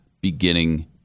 beginning